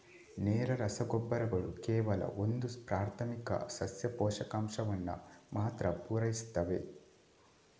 ನೇರ ರಸಗೊಬ್ಬರಗಳು ಕೇವಲ ಒಂದು ಪ್ರಾಥಮಿಕ ಸಸ್ಯ ಪೋಷಕಾಂಶವನ್ನ ಮಾತ್ರ ಪೂರೈಸ್ತವೆ